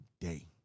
day